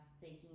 taking